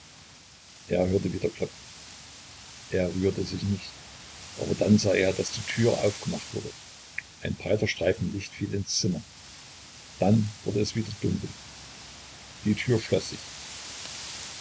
er hörte wieder klopfen er rührte sich nicht aber dann sah er daß die tür aufgemacht wurde ein breiter streifen licht fiel ins zimmer dann wurde es wieder dunkel die tür schloß sich